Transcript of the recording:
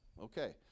okay